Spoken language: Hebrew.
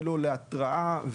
ולא להתראה,